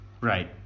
right